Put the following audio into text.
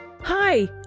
Hi